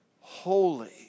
holy